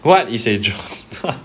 what is a job